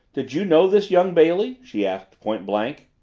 did you know this young bailey? she asked point-blank.